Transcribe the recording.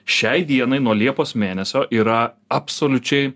šiai dienai nuo liepos mėnesio yra absoliučiai